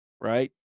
right